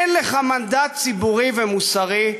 אין לך מנדט ציבורי ומוסרי,